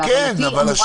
להבנתי, היא אמורה להיות.